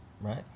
Right